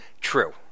True